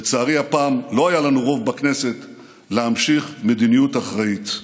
לצערי הפעם לא היה לנו רוב בכנסת להמשיך מדיניות אחראית.